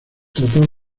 trataba